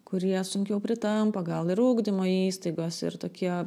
kurie sunkiau pritampa gal ir ugdymo įstaigose ir tokie